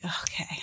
okay